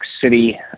City